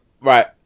Right